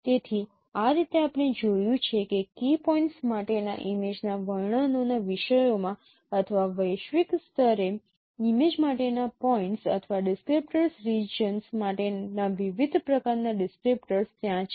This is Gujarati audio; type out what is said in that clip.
તેથી આ રીતે આપણે જોયું છે કે કી પોઇન્ટ્સ માટેના ઇમેજના વર્ણનોના વિષયોમાં અથવા વૈશ્વિક સ્તરે ઇમેજ માટેના પોઇન્ટ્સ અથવા ડિસક્રીપ્ટર્સ રિજિયન્સ માટેના વિવિધ પ્રકારનાં ડિસક્રીપ્ટર્સ ત્યાં છે